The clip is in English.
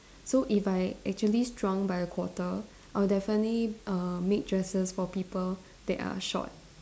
so if I actually shrunk by a quarter I will definitely err make dresses for people that are short